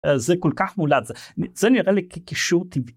זה כל כך מולד זה נראה לי כישור טבעי